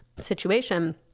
situation